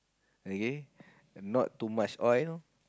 okay not too much oil